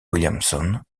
williamson